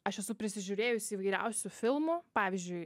aš esu prisižiūrėjusi įvairiausių filmų pavyzdžiui